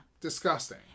Disgusting